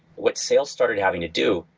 what sales started having to do,